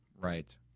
Right